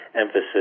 emphasis